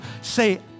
say